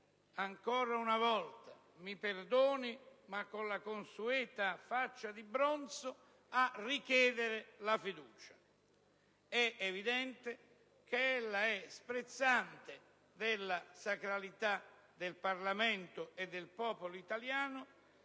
ancora una volta, con la consueta faccia di bronzo - mi perdoni - a richiedere la fiducia. È evidente che ella è sprezzante della sacralità del Parlamento e del popolo italiano;